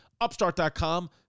Upstart.com